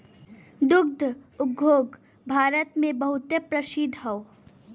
दुग्ध उद्योग भारत मे बहुते प्रसिद्ध हौ